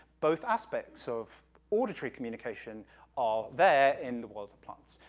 both aspects of auditory communication are there in the world of plants.